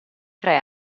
tre